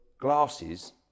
glasses